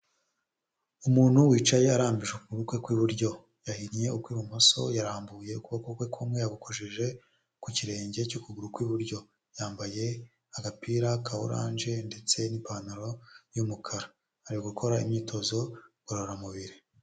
Umuntu wicaye arambije ukuguru kwe kw'iburyo yahinnye ukw'ibumoso, yarambuye ukuboko kwe kumwe yagukojeje ku kirenge cy'ukuguru kw'iburyo, yambaye agapira ka oranje ndetse n'ipantaro y'umukara, ari gukora imyitozo ngororamubiri.